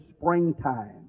springtime